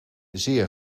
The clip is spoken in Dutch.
zeer